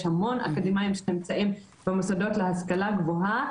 המון אקדמאים שנמצאים במוסדות להשכלה גבוהה,